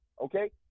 okay